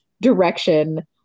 direction